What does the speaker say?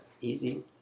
easy